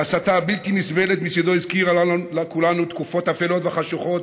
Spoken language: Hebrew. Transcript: ההסתה הבלתי-נסבלת מצידו הזכירה לכולנו תקופות אפלות וחשוכות,